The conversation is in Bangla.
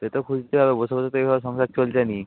সে তো খুঁজতেই হবে বসে বসে তো এইভাবে সংসার চলছে না